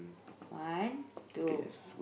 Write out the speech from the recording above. one two